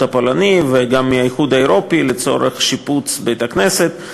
הפולני וגם מהאיחוד האירופי לצורך שיפוץ בית-הכנסת,